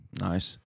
Nice